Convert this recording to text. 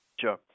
Sure